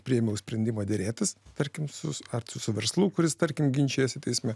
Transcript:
priėmiau sprendimą derėtis tarkim su ar su verslu kuris tarkim ginčijasi teisme